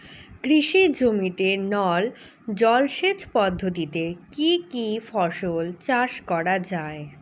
কৃষি জমিতে নল জলসেচ পদ্ধতিতে কী কী ফসল চাষ করা য়ায়?